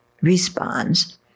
responds